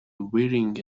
wearing